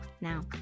now